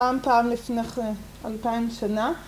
פעם פעם לפני אלפיים שנה